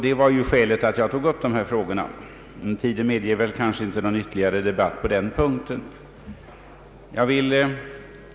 Det var dock skälet till att jag tog upp dessa frågor. Tiden medger kanske inte någon ytterligare debatt på den punkten.